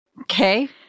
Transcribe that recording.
Okay